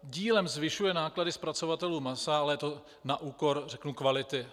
Dílem zvyšuje náklady zpracovatelů masa, ale to na úkor, řeknu, kvality.